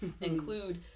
include